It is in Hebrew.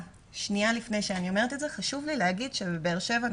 שנייה לפני שאני אומרת את זה חשוב לי להגיד שבבאר שבע,